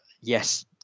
yes